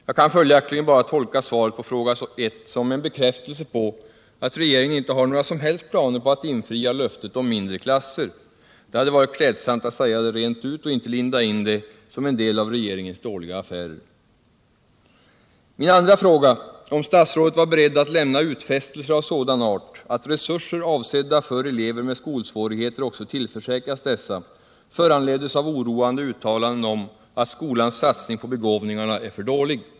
Jag kan följaktligen bara tolka svaret på fråga I som en bekräftelse på att regeringen inte har några som helst planer på att infria löftet om mindre klasser. Det hade varit klädsamt att säga det rent ut och inte linda in det som en del av regeringens dåliga affärer. Nr 142 Min andra fråga, om statsrådet var beredd att lämna utfästelser av sådan Tisdagen den art, att resurser avsedda för elever med skolsvårigheter också tillförsäkras 16 maj 1978 dessa, föranleddes av oroande uttalanden om att skolans satsning på begåvningarna är för dålig.